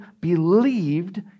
believed